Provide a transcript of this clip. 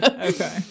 Okay